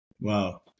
wow